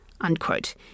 unquote